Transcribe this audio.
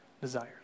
desires